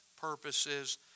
purposes